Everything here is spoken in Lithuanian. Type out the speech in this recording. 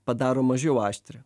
padaro mažiau aštrią